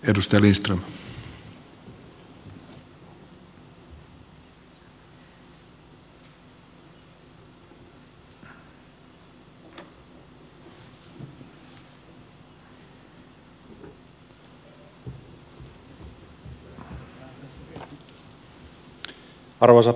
arvoisa herra puhemies